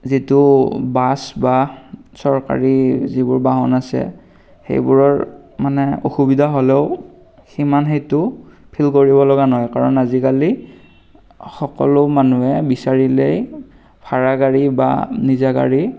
যিটো বাছ বা চৰকাৰী যিবোৰ বাহন আছে সেইবোৰৰ মানে অসুবিধা হ'লেও সিমান সেইটো ফিল কৰিবলগা নহয় কাৰণ আজিকালি সকলো মানুহে বিচাৰিলেই ভাড়া গাড়ী বা নিজা গাড়ী